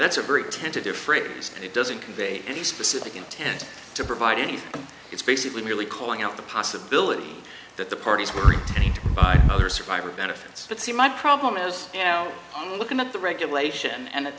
that's a very tentative phrase it doesn't convey any specific intent to provide anything it's basically merely calling out the possibility that the parties were other survivor benefits but see my problem as i'm looking at the regulation and it